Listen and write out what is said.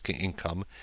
income